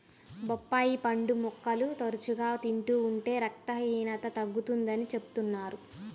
బొప్పాయి పండు ముక్కలు తరచుగా తింటూ ఉంటే రక్తహీనత తగ్గుతుందని చెబుతున్నారు